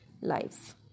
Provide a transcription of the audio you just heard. lives